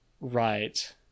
right